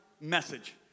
message